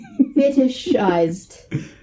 fetishized